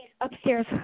upstairs